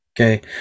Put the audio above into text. Okay